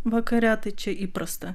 vakare čia įprasta